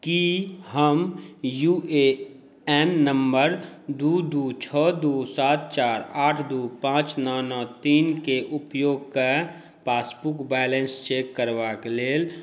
की हम U A N number दू दू छह दू सात चारि आठ दू पाँच नओ नओ तीनके उपयोग कए पासबुक बैलेंस चेक करबा लेल